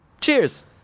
Cheers